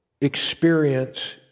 experience